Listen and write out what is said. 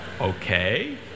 Okay